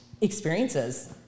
experiences